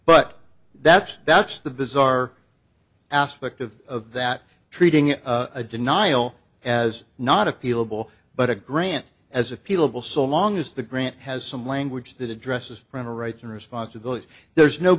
but that's that's the bizarre aspect of that treating a denial as not appealable but a grant as appealable so long as the grant has some language that addresses parental rights and responsibilities there's no